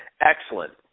Excellent